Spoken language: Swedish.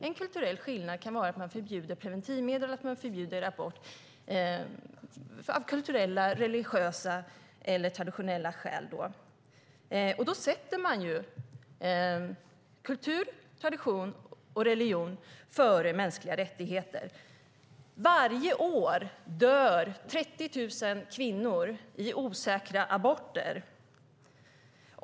En kulturell skillnad kan vara att man förbjuder preventivmedel och att man förbjuder abort av kulturella, religiösa eller traditionella skäl. Då sätter man ju kultur, tradition och religion före mänskliga rättigheter. Varje år dör 30 000 kvinnor i osäkra aborter.